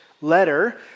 letter